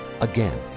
Again